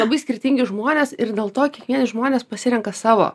labai skirtingi žmonės ir dėl to kiekvieni žmonės pasirenka savo